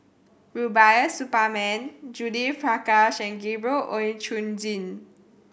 Rubiah Suparman Judith Prakash and Gabriel Oon Chong Jin